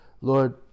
Lord